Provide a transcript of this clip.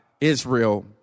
Israel